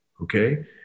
okay